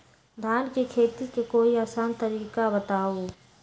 धान के खेती के कोई आसान तरिका बताउ?